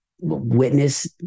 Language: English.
witness